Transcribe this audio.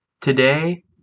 today